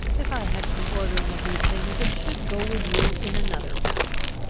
if i had the ordering of these things, it should go with you in another fashion.